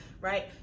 right